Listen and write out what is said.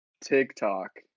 TikTok